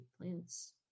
plants